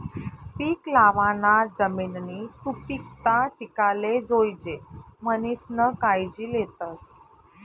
पीक लावाना जमिननी सुपीकता टिकाले जोयजे म्हणीसन कायजी लेतस